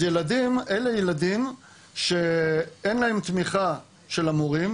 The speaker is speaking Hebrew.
אלה ילדים שאין להם תמיכה של המורים,